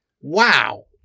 wow